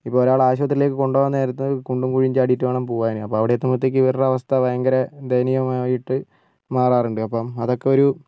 ഇപ്പോൾ ഒരാളെ ആശുപത്രിലേക്ക് കൊണ്ടുപോവുന്നനേരത്ത് കുണ്ടും കുഴിയും ചാടിയിട്ട് വേണംപോകാന് അപ്പോൾ അവിടെയെത്തുമ്പോഴേക്ക് ഇവരുടെ അവസ്ഥ ഭയങ്കര ദയനീയമായിട്ട് മാറാറുണ്ട് അപ്പം അതൊക്കെയൊരു